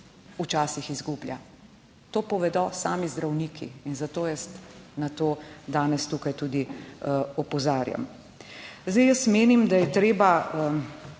včasih izgublja. To povedo sami zdravniki in zato jaz na to danes tukaj tudi opozarjam. Zdaj, jaz menim, da bi